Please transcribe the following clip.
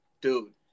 dude